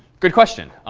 good question.